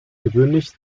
gewöhnlich